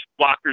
blockers